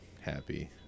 happy